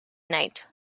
night